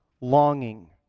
longing